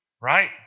right